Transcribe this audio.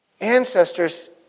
ancestors